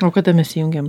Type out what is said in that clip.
o kada mes įjungiam